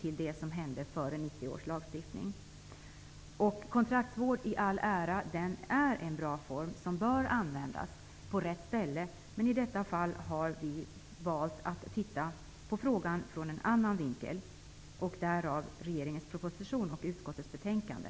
till det som gällde före 1990 års lagstiftning i princip nödvändig. Kontraktsvård i all ära -- det är en bra form som bör användas på rätt ställe, men i detta fall har vi valt att titta på frågan från en annan vinkel, därav regeringens proposition och utskottets betänkande.